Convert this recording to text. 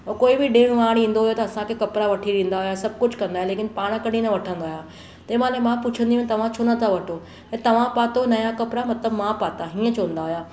हू कोई बि ॾिण वार ईंदो हुयो त असांखे कपिड़ा वठी ॾींदा हुया सभु कुझु कंदा हुया लेकिन पाण कॾहिं न वठंदा हुया तंहिं महिल मां पुछंदी हुअमि तव्हां छो नथां वठो त तव्हां पातो नया कपिड़ा मतलबु मां पाता हीअं चवंदा हुया